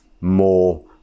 more